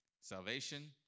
Salvation